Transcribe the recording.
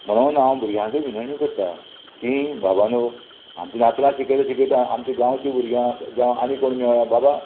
म्हणून हांव भुरग्यांकय विनवणी करता की बाबानो आमच्या नात्रांक शिकयता शिकयता आमच्या गांवची भुरग्यांक जावं आनी कोण मेळ्ळा बाबा